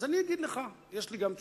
אז אני אגיד לך, יש לי גם תשובה.